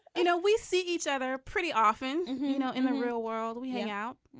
you know we see each other pretty often you know in the real world. we hang out.